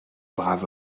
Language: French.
brave